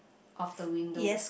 of the window